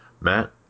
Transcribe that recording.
Matt